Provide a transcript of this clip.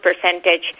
percentage